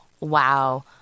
wow